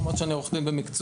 למרות שאני עורך דין במקצועי.